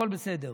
הכול בסדר.